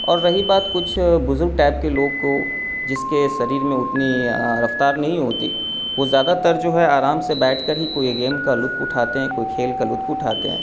اور رہی بات کچھ بزرگ ٹائپ کے لوگ کو جس کے شریر میں اتنی رفتار نہیں ہوتی وہ زیادہ تر جو ہے آرام سے بیٹھ کر ہی کوئی گیم کا لطف اٹھاتے ہیں کوئی کھیل کا لطف اٹھاتے ہیں